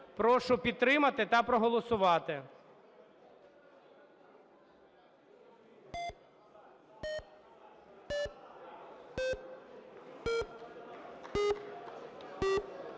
Прошу підтримати та проголосувати.